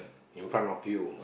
in front of you